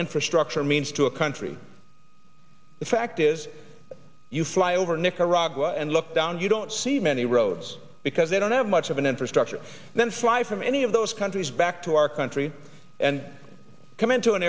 infrastructure means to a country the fact is you fly over nicaragua and look down you don't see many roads because they don't have much of an infrastructure and then fly from any of those countries back to our country and come into an